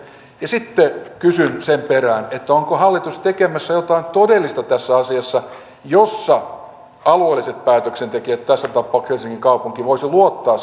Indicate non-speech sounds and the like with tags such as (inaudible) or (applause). sitten kysyn sen perään onko hallitus tekemässä jotain todellista tässä asiassa jossa alueelliset päätöksentekijät tässä tapauksessa helsingin kaupunki voisivat luottaa (unintelligible)